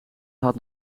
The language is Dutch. had